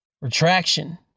retraction